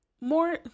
more